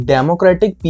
Democratic